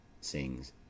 sings